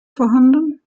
vorhanden